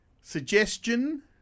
suggestion